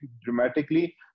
dramatically